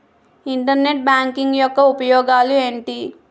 Internet banking యెక్క ఉపయోగాలు ఎంటి?